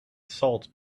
salt